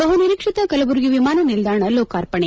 ಬಹುನಿರೀಕ್ಷಿತ ಕಲಬುರಗಿ ವಿಮಾನ ನಿಲ್ದಾಣ ಲೋಕಾರ್ಪಣೆ